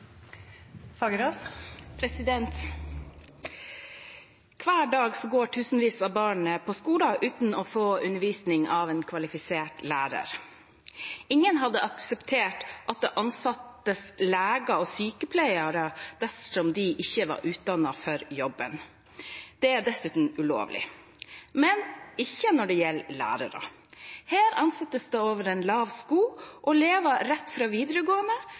Hver dag går tusenvis av barn på skolen uten å få undervisning av en kvalifisert lærer. Ingen hadde akseptert at det ble ansatt leger og sykepleiere dersom de ikke var utdannet for jobben. Det er dessuten ulovlig – men ikke når det gjelder lærere. Her ansettes det over en lav sko, og personer rett fra videregående